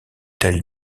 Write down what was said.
telles